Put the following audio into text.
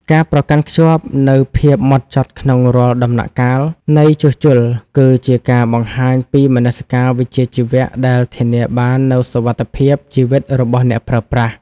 ការប្រកាន់ខ្ជាប់នូវភាពហ្មត់ចត់ក្នុងរាល់ដំណាក់កាលនៃជួសជុល គឺជាការបង្ហាញពីមនសិការវិជ្ជាជីវៈដែលធានាបាននូវសុវត្ថិភាពជីវិតរបស់អ្នកប្រើប្រាស់។